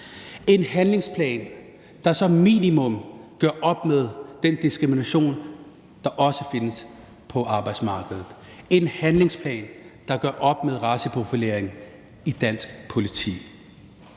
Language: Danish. én handlingsplan, der som minimum gør op med den diskrimination, der også findes på arbejdsmarkedet; en handlingsplan, der gør op med raceprofilering i dansk politi;